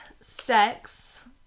sex